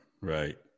Right